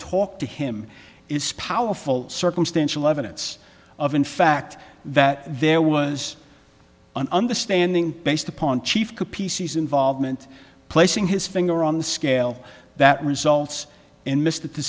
talk to him is powerful circumstantial evidence of in fact that there was an understanding based upon chief pc's involvement placing his finger on the scale that results in m